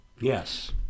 Yes